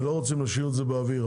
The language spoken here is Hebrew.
ולא רוצים להשאיר את זה באוויר.